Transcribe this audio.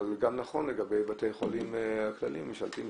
אבל גם נכון לגבי בתי החולים הכלליים הממשלתיים.